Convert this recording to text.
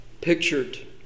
pictured